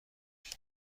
میشه